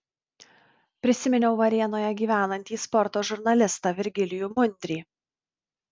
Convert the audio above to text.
prisiminiau varėnoje gyvenantį sporto žurnalistą virgilijų mundrį